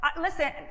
Listen